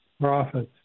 prophets